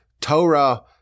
Torah